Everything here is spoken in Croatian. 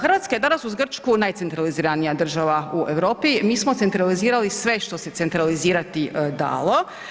Hrvatska je danas, uz Grčku najcentraliziranija država u Europi, mi smo centralizirali sve što se centralizirati dalo.